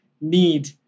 need